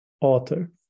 author